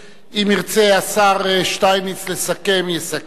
אם ירצה השר שטייניץ לסכם, יסכם.